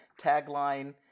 tagline